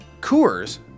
Coors